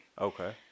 Okay